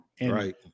Right